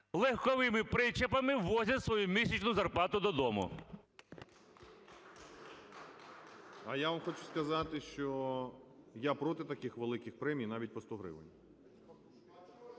легковими причепами возять свою місячну зарплату додому. 11:20:46 ГРОЙСМАН В.Б. А я вам хочу сказати, що я проти таких великих премій навіть по 100 гривень.